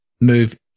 move